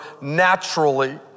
naturally